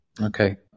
Okay